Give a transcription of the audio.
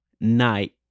night